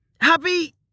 Happy